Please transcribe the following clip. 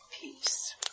peace